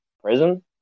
prison